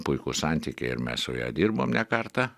puikūs santykiai ir mes su ja dirbom ne kartą